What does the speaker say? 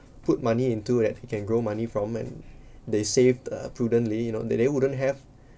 put money into that it can grow money from and they saved uh prudently you know they they wouldn't have